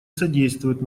содействуют